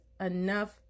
enough